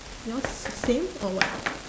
yours the same or what